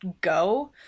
go